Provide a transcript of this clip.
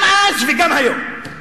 גם אז וגם היום.